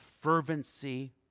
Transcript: fervency